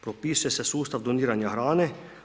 Propisuje se sustav doniranja hrane.